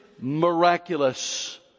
miraculous